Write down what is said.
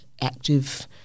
active